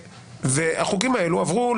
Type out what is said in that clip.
החוקים האלה עברו,